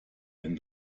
wenn